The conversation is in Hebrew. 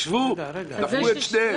השוו, דפקו את שניהם.